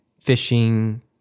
fishing